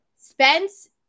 Spence